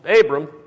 Abram